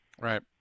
Right